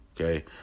Okay